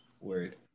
Word